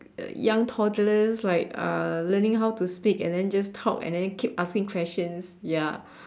the young toddlers like uh learning how to speak and then just talk and then keep asking questions ya